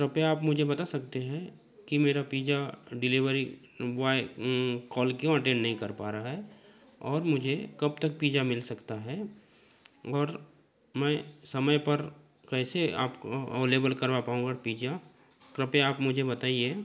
कृपया आप मुझे बता सकते हैं कि मेरा पिज़्ज़ा डिलेवरी बॉय कॉल क्यों अटैन नहीं कर पा रहा है और मुझे कब तक पिज़्ज़ा मिल सकता है और मैं समय पर कैसे आप अवलेबल करवा पाऊँगा पिज़्ज़ा कृपया आप मुझे बताइए